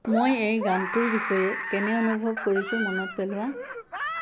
মই এই গানটোৰ বিষয়ে কেনে অনুভৱ কৰিছোঁ মনত পেলোৱা